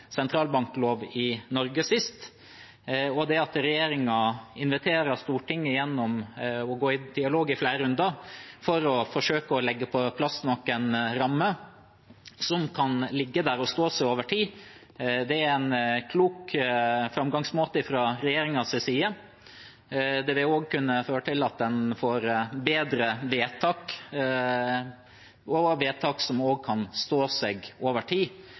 sentralbanklov i Norge sist. Det at regjeringen inviterer Stortinget ved å gå i dialog i flere runder for å forsøke å legge på plass noen rammer som kan stå seg over tid, er en klok framgangsmåte fra regjeringens side. Det vil også kunne føre til at man får bedre vedtak og vedtak som kan stå seg over tid.